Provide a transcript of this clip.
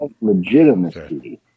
legitimacy